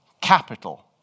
capital